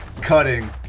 cutting